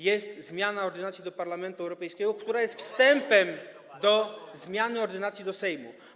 jest zmiana ordynacji do Parlamentu Europejskiego, która jest wstępem do zmiany ordynacji do Sejmu.